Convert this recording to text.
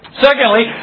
Secondly